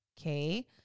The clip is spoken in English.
okay